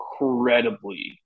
incredibly –